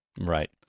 Right